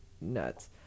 nuts